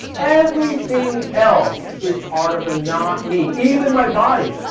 everything else is part of the not me, even my body.